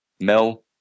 Mel